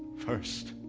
first,